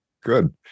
good